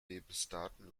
lebensdaten